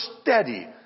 steady